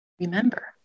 Remember